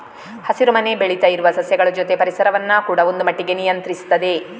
ಹಸಿರು ಮನೆ ಬೆಳೀತಾ ಇರುವ ಸಸ್ಯಗಳ ಜೊತೆ ಪರಿಸರವನ್ನ ಕೂಡಾ ಒಂದು ಮಟ್ಟಿಗೆ ನಿಯಂತ್ರಿಸ್ತದೆ